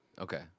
Okay